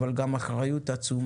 יש עליך גם אחריות עצומה,